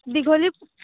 দীঘলী